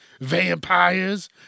Vampires